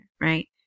right